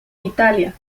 italia